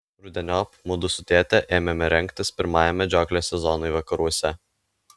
rudeniop mudu su tėte ėmėme rengtis pirmajam medžioklės sezonui vakaruose